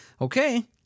Okay